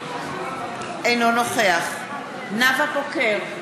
אינו נוכח נאוה בוקר,